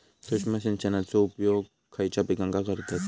सूक्ष्म सिंचनाचो उपयोग खयच्या पिकांका करतत?